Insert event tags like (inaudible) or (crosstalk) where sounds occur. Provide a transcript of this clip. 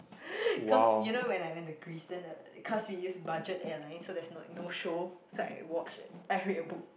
(breath) cause you know when I went to Greece then the cause we use budget airlines so there's like no show so I watch I read a book